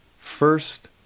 First